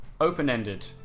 open-ended